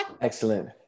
Excellent